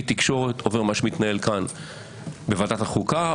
מתקשורת עובר למה שמתנהל כאן בוועדת החוקה,